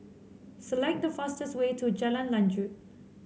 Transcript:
select the fastest way to Jalan Lanjut